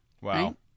wow